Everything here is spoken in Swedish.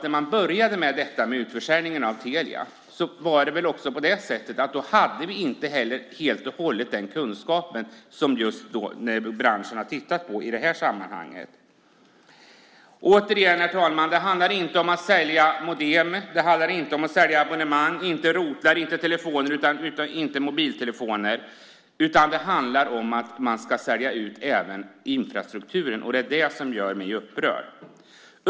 När man började med frågan om utförsäljningen av Telia Sonera var det väl också på det sättet att vi inte helt och hållet hade samma kunskap som nu när branschen har tittat på detta. Herr talman! Återigen: Det handlar inte om att sälja modem eller abonnemang. Det handlar inte om routrar, telefoner eller mobiltelefoner. I stället handlar det om att man ska sälja ut även infrastrukturen. Det är det som gör mig upprörd.